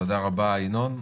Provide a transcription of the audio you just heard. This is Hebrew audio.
תודה רבה, ינון.